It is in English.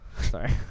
Sorry